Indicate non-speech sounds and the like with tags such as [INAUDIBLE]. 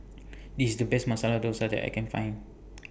IS The Best Masala Dosa that I Can Find [NOISE]